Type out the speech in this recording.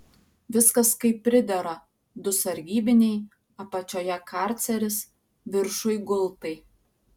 viskas kaip pridera du sargybiniai apačioje karceris viršuj gultai